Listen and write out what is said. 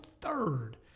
third